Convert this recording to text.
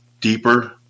deeper